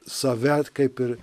save kaip ir